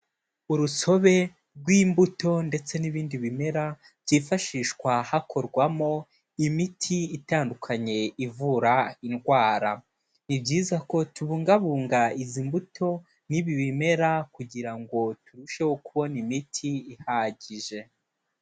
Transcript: Urusobe rw'imbuto ndetse n'ibindi bimera byifashishwa hakorwamo imiti itandukanye ivura indwara, ni byiza ko tubungabunga izi mbuto n'ibi bimera kugira ngo turusheho kubona imiti ihagije.